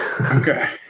Okay